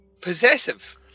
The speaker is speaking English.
Possessive